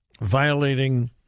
violating